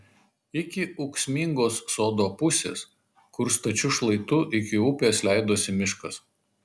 iki ūksmingos sodo pusės kur stačiu šlaitu iki upės leidosi miškas